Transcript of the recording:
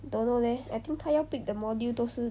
don't know leh I think 她要 pick 的 module 都是